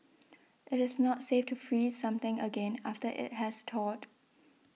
it is not safe to freeze something again after it has thawed